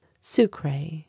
Sucre